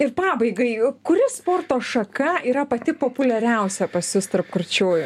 ir pabaigai kuri sporto šaka yra pati populiariausia pas jus tarp kurčiųjų